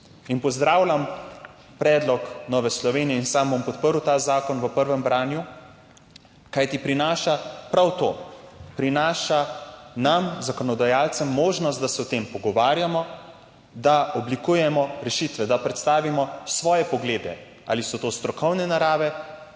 Pozdravljam predlog Nove Slovenije in sam bom podprl ta zakon v prvem branju, kajti prinaša prav to. Prinaša nam zakonodajalcem možnost, da se o tem pogovarjamo, da oblikujemo rešitve, da predstavimo svoje poglede, ali so to strokovne narave,